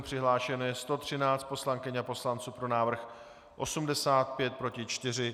Přihlášeno je 113 poslankyň a poslanců, pro návrh 85, proti 4.